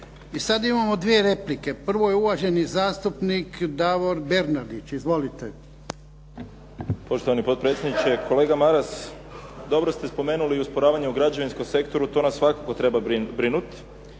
I sad imamo 2 replike. Prvo je uvaženi zastupnik Davor Bernardić. Izvolite. **Bernardić, Davor (SDP)** Poštovani potpredsjedniče. Kolega Maras, dobro ste spomenuli i usporavanje u građevinskom sektoru. To nas svakako treba brinuti